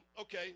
okay